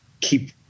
keep